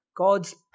God's